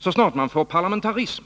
Så snart man får parlamentarism,